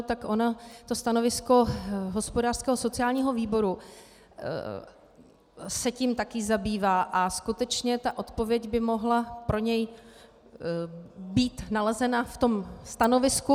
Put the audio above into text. Stanovisko hospodářského a sociálního výboru se tím taky zabývá a skutečně ta odpověď by mohla pro něj být nalezena v tom stanovisku.